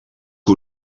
que